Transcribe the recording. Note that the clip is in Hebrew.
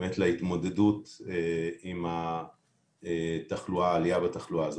באמת להתמודדות עם התחלואה והעלייה הזאת בתחלואה.